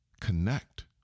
connect